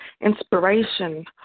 Inspiration